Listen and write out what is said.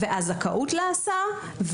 והזכאות להסעה,